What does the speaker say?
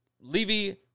Levy